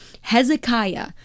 Hezekiah